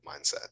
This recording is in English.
mindset